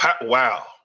Wow